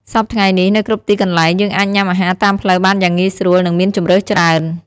សព្វថ្ងៃនេះ នៅគ្រប់ទីកន្លែង យើងអាចញុំាអាហារតាមផ្លូវបានយ៉ាងងាយស្រួល និងមានជម្រើសច្រើន។